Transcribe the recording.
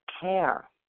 care